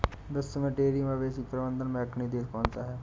विश्व में डेयरी मवेशी प्रबंधन में अग्रणी देश कौन सा है?